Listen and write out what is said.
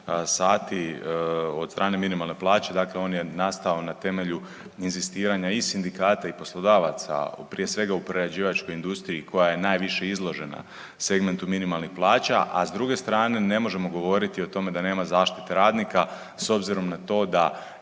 sati od strane minimalne plaće, dakle on je nastao na temelju inzistiranja i sindikata i poslodavaca, prije svega u prerađivačkoj industriji koja je najviše izložena segmentu minimalnih plaća, a s druge strane, ne možemo govoriti o tome da nema zaštite radnika, s obzirom na to da